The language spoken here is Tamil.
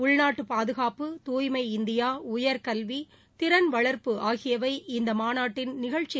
உள்நாட்டு பாதுகாப்பு தூய்மை இந்தியா உயர் கல்வி திறன் வளர்ப்பு ஆகியவை இந்த மாநாட்டின் நிகழ்ச்சி